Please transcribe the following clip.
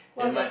eh my